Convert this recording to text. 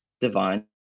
divine